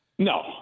No